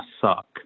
suck